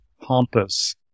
pompous